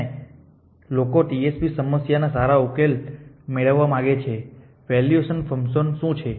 અને લોકો TSP સમસ્યાના સારા ઉકેલો મેળવવા માંગે છે વેલ્યૂએશન ફંક્શનનું શું છે